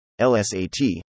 LSAT